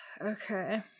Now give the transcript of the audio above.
Okay